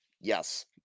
Yes